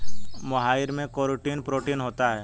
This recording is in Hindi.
मोहाइर में केराटिन प्रोटीन होता है